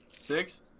Six